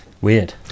weird